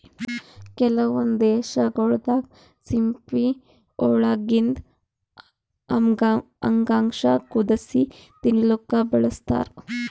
ಕೆಲವೊಂದ್ ದೇಶಗೊಳ್ ದಾಗಾ ಸಿಂಪಿ ಒಳಗಿಂದ್ ಅಂಗಾಂಶ ಕುದಸಿ ತಿಲ್ಲಾಕ್ನು ಬಳಸ್ತಾರ್